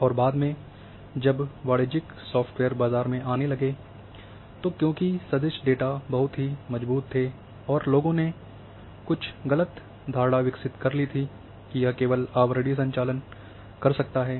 और बाद में जब वाणिज्यिक सॉफ्टवेयर बाजार में आने लगे तो क्योंकि सदिश डेटा बहुत ही मजबूत थे और लोगों ने कुछ गलत धारणा विकसित कर ली थी कि यह केवल आवरणीय संचालन कर सकता है